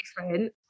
different